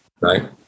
right